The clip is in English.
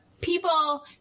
people